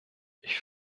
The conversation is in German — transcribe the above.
ich